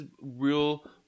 real